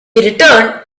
returned